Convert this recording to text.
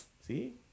See